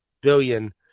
billion